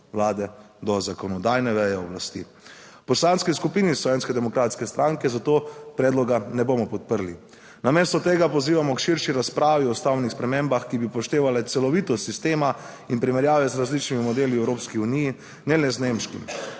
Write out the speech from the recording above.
Vlade do zakonodajne veje oblasti. V Poslanski skupini Slovenske demokratske stranke zato predloga ne bomo podprli. Namesto tega pozivamo k širši razpravi o ustavnih spremembah, ki bi upoštevale celovitost sistema in primerjave z različnimi modeli v Evropski uniji, ne le z nemškim.